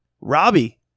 robbie